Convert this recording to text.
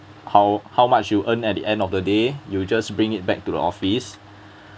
how how much you earn at the end of the day you just bring it back to the office